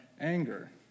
anger